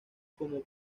como